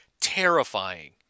terrifying